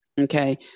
okay